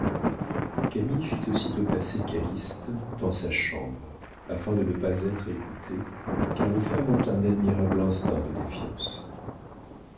fit aussitôt passer calyste dans sa chambre afin de ne pas être écoutée car les femmes ont un admirable instinct de défiance